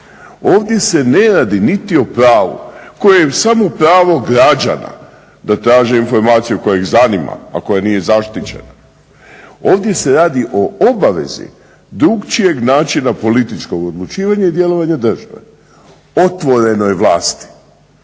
ovdje se ne radi niti o pravu kojem samo pravo građana da traže informaciju koja ih zanima a koja nije zaštićena, ovdje se radi o obavezi drukčijeg načina političkog odlučivanja i djelovanja države, otvorenoj vlasti.